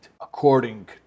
according